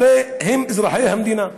הרי הם אזרחי המדינה,